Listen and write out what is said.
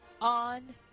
on